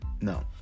No